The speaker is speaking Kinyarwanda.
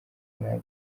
nta